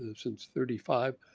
ah since thirty five.